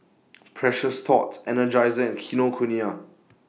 Precious Thots Energizer and Kinokuniya